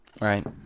Right